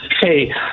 Hey